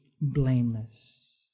blameless